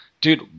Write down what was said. dude